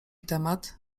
temat